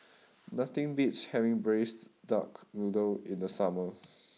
nothing beats having Braised Duck Noodle in the summer